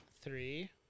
Three